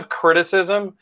criticism